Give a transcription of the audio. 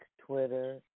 Twitter